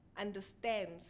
understands